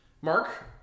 Mark